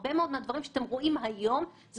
הרבה מאוד מהדברים שאתם רואים היום אלה